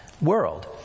world